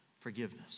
forgiveness